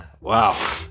Wow